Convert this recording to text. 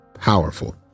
powerful